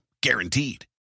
Guaranteed